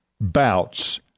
bouts